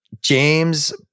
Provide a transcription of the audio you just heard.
James